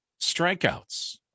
strikeouts